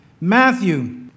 matthew